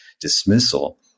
dismissal